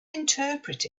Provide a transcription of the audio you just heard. interpret